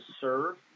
serve